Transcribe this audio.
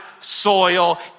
soil